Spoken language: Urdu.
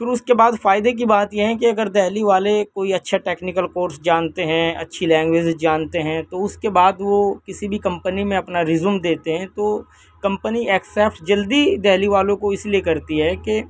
پھر اس کے بعد فائدے کی بات یہ ہے کہ اگر دہلی والے کوئی اچھا ٹیکنکل کورس جانتے ہیں اچھی لینگوجیز جانتے ہیں تو اس کے بعد وہ کسی بھی کمپنی میں اپنا رزیوم دیتے ہیں تو کمپنی اکسیپٹ جلدی دہلی والوں کو اس لیے کرتی ہے کہ